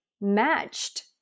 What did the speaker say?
matched